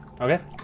Okay